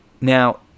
Now